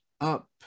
up